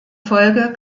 folge